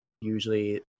usually